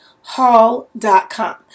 Hall.com